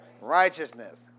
Righteousness